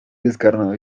descarnado